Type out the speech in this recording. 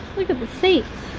look at the seats